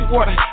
Water